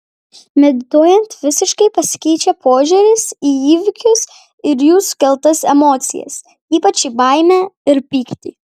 medituojant visiškai pasikeičia požiūris į įvykius ir jų sukeltas emocijas ypač į baimę ir pyktį